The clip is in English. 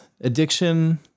addiction